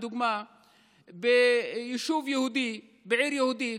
שכאשר ביישוב יהודי או בעיר יהודית